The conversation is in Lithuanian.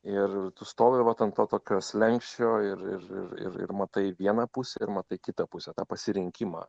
ir tu stovi vat ant to tokio slenksčio ir ir ir ir matai vieną pusę ir matai kitą pusę tą pasirinkimą